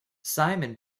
simon